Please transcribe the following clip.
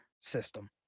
system